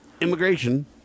immigration